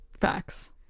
Facts